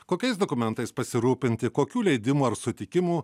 kokiais dokumentais pasirūpinti kokių leidimų ar sutikimų